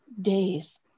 days